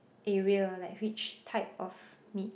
area like which type of meat